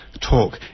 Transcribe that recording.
talk